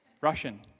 Russian